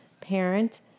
parent